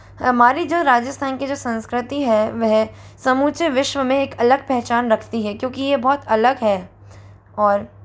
हमारी जो राजिस्थान के जो संस्कृति है वह समूचे विश्व में एक अलग पहचान रखती है क्योंकि ये बहुत अलग है और